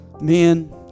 men